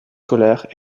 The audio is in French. scolaires